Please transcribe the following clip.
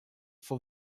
for